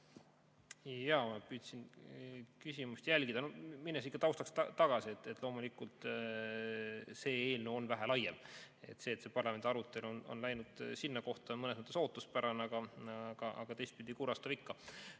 Ma püüdsin küsimust jälgida. Minnes tausta juurde tagasi, ütlen, et loomulikult on see eelnõu vähe laiem. See, et see parlamendi arutelu on läinud sinna kohta, on mõnes mõttes ootuspärane, aga teistpidi kurvastab ikka,